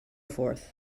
forth